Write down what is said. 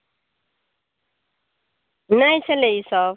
नहि छलै ई सभ